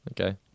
Okay